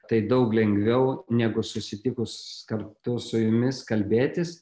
tai daug lengviau negu susitikus kartu su jumis kalbėtis